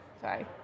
Sorry